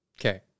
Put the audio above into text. Okay